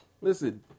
Listen